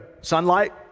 sunlight